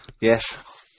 Yes